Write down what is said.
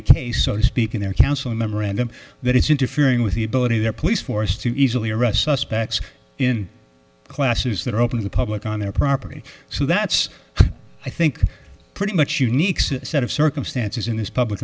the case so to speak in their council a memorandum that is interfering with the ability of their police force to easily arrest suspects in classes that are open to the public on their property so that's i think pretty much unique set of circumstances in this public